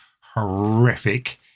horrific